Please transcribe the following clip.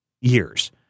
years